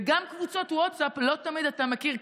וגם קבוצות ווטסאפ לא תמיד אתה מכיר.